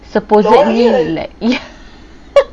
supposingly like ya